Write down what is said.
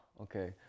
okay